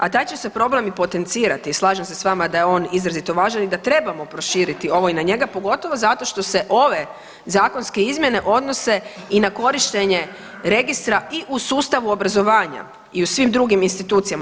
A taj će se problem i potencirati, slažem se s vama da je on izrazito važan i da trebamo proširiti ovo i na njega pogotovo zašto što se ove zakonske izmjene odnose i na korištenje registra i u sustavu obrazovanja i u svim drugim institucijama.